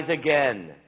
again